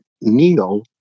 Neil